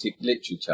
literature